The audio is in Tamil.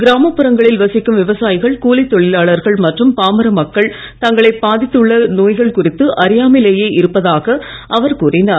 கிராமப்புறங்களில் வசிக்கும் விவசாயிகள் கூலித் தொழிலாளர்கள் மற்றும் பாமர மக்கள் தங்களை பாதித்துள்ள நோய்கள் குறித்து அறியாமையிலேயே இருப்பதாக அவர் கூறினார்